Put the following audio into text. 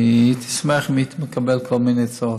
הייתי שמח אם הייתי מקבל כל מיני הצעות.